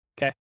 Okay